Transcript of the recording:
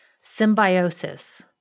symbiosis